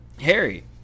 Harry